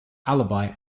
alibi